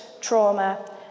trauma